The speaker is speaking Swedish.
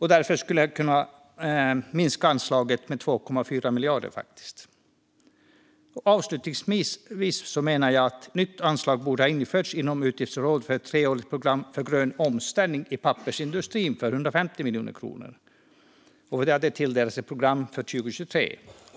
Hela detta anslag skulle då inte behövas. Slutligen menar jag att ett nytt anslag borde ha införts inom utgiftsområdet för ett treårigt program för grön omställning i pappersindustrin. Vi vill tillföra programmet 150 miljoner konor för 2023.